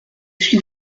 suis